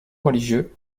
religieux